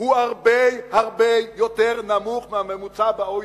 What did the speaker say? הוא הרבה הרבה יותר נמוך מהממוצע ב-OECD,